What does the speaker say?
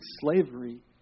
slavery